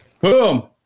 Boom